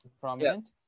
prominent